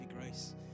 grace